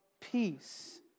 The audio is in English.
peace